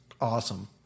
awesome